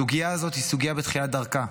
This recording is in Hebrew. הסוגיה הזאת היא סוגיה בתחילת דרכה.